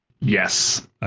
yes